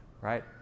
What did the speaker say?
right